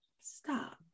stop